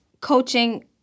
Coaching